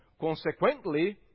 Consequently